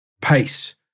pace